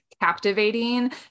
captivating